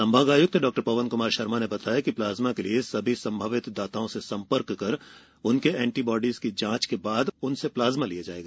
संभाग आयुक्त डॉ पवन कुमार शर्मा ने बताया कि प्लाज़्मा के लिए सभी संभावित दाताओं से संपर्क कर उनके एंटीबॉडी की जाँच के बाद उनसे प्लाज्मा लिया जाएगा